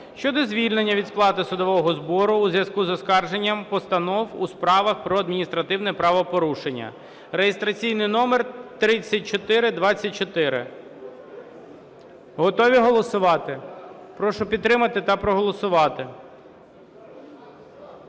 щодо звільнення від сплати судового збору у зв'язку з оскарженням постанов у справах про адміністративні правопорушення (реєстраційний номер 3424). Готові голосувати? Прошу підтримати та проголосувати.